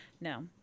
No